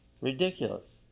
ridiculous